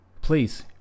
please